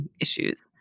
issues